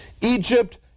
Egypt